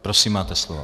Prosím, máte slovo.